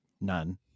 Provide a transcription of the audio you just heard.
none